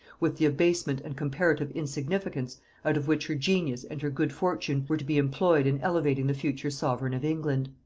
with the abasement and comparative insignificance out of which her genius and her good fortune were to be employed in elevating the future sovereign of england.